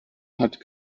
hat